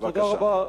בבקשה.